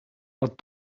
dat